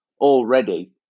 already